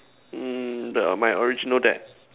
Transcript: hmm the my original dad